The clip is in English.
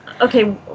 Okay